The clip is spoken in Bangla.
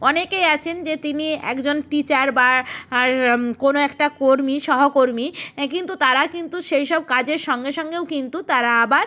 অনেকেই আছেন যে তিনি একজন টিচার বা আর কোনো একটা কর্মী সহকর্মী কিন্তু তারা কিন্তু সেই সব কাজের সঙ্গে সঙ্গেও কিন্তু তারা আবার